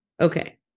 Okay